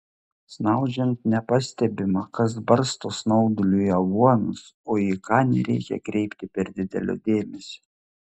snaudžiant nepastebima kas barsto snauduliui aguonas o į ką nereikia kreipti per didelio dėmesio